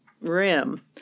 rim